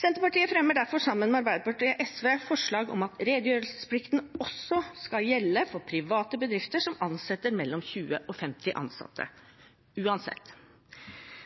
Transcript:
Senterpartiet fremmer derfor, sammen med Arbeiderpartiet og SV, forslag om at redegjørelsesplikten også skal gjelde for private bedrifter som ansetter mellom 20 og 50 ansatte – uansett.